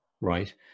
right